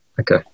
Okay